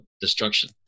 destruction